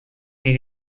die